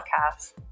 podcast